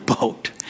boat